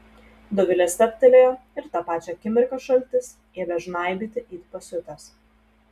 dovilė stabtelėjo ir tą pačią akimirką šaltis ėmė žnaibyti it pasiutęs